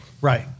Right